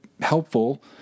helpful